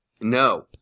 No